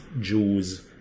Jews